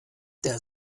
der